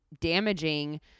damaging